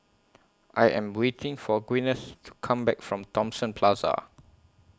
I Am waiting For Gwyneth to Come Back from Thomson Plaza